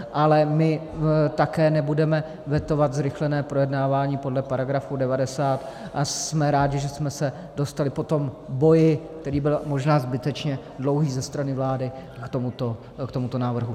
Ale my také nebudeme vetovat zrychlené projednávání podle § 90 a jsme rádi, že jsme se dostali po tom boji, který byl možná zbytečně dlouhý ze strany vlády, k tomuto návrhu.